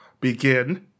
begin